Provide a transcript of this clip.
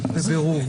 בירור.